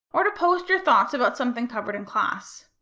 or to post your thoughts about something covered in class.